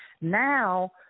Now